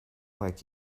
like